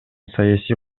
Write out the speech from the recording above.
саясий